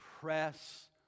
Press